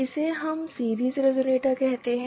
इसे हम series resonator कहते हैं